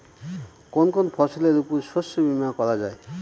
কোন কোন ফসলের উপর শস্য বীমা করা যায়?